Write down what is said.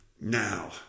Now